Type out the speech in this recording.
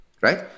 Right